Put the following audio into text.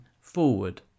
forward